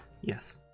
yes